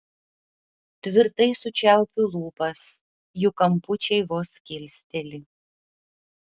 tvirtai sučiaupiu lūpas jų kampučiai vos kilsteli